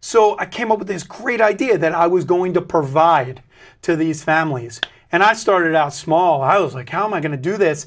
so i came up with this creed idea that i was going to provide to these families and i started out small i was like how my going to do this